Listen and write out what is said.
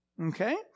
okay